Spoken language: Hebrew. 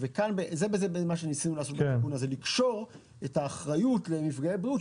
וזה מה שניסינו לעשות בתיקון הזה לקשור את האחריות למפגעי בריאות,